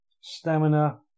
stamina